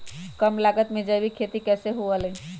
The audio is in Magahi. कम लागत में जैविक खेती कैसे हुआ लाई?